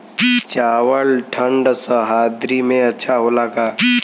चावल ठंढ सह्याद्री में अच्छा होला का?